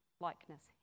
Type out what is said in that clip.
likeness